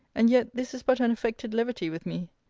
and yet this is but an affected levity with me.